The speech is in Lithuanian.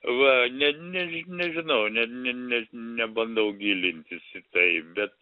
va ne než nežinau ne ne nebandau gilintis į tai bet